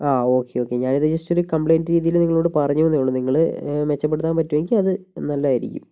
ആ okay okay ഞാനിത് ജസ്റ്റൊരു കംപ്ലൈൻ്റ് രീതിയിൽ നിങ്ങളോട് പറഞ്ഞുവെന്നേ ഉള്ളൂ നിങ്ങൾ മെച്ചപ്പെടുത്താൻ പറ്റുമെങ്കിൽ അത് നല്ലതായിരിക്കും